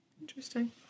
Interesting